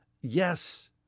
Yes